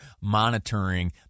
monitoring